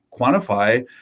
quantify